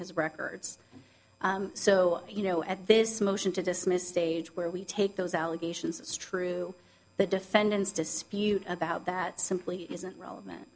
his records so you know at this motion to dismiss stage where we take those allegations is true the defendant's dispute about that simply isn't relevant